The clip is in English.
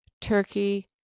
turkey